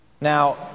Now